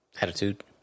attitude